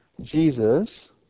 Jesus